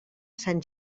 sant